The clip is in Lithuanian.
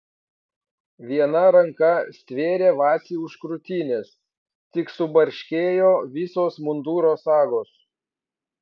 viena ranka stvėrė vacį už krūtinės tik subarškėjo visos munduro sagos